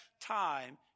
time